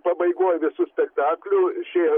pabaigoj visų spektaklių išėjo